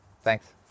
Thanks